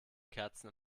kerzen